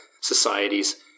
societies